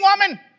woman